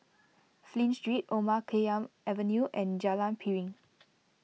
Flint Street Omar Khayyam Avenue and Jalan Piring